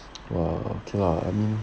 !wah! okay lah I mean